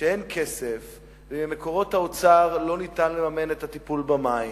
שאין כסף וכי ממקורות האוצר אין אפשרות לממן את הטיפול במים,